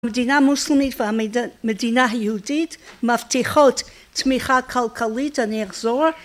מדינה מוסלמית והמדינה היהודית מבטיחות תמיכה כלכלית אני אחזור